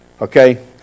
Okay